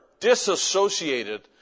disassociated